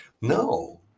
no